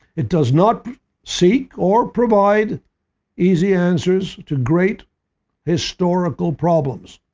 it does not seek or provide easy answers to great historical problems.